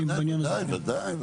ודאי.